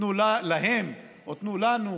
ותנו להם או תנו לנו,